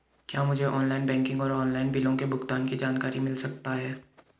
क्या मुझे online banking और ऑनलाइन बिलों के भुगतान की जानकारी मिल सकता है?